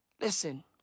Listen